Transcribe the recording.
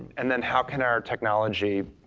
and then how can our technology